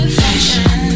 fashion